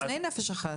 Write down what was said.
לפני "נפש אחת".